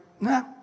nah